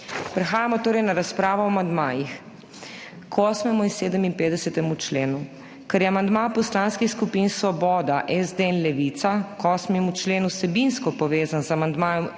Prehajamo torej na razpravo o amandmajih k 8. in 57. členu. Ker je amandma poslanskih skupin Svoboda, SD in Levica k 8. členu vsebinsko povezan z amandmajem